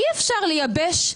אי אפשר לייבש,